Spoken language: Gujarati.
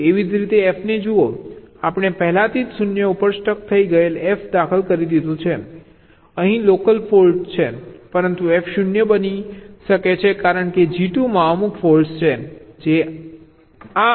એવી જ રીતે F ને જુઓ આપણે પહેલાથી જ 0 ઉપર સ્ટક થઈ ગયેલ F દાખલ કરી દીધું છે અહીં લોકલ ફોલ્ટ પરંતુ F 0 બની શકે છે કારણ કે G 2 માં અમુક ફોલ્ટ છે જે આ અને આ છે